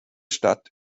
stadt